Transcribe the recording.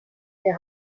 der